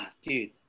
dude